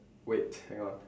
wait hang on